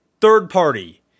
third-party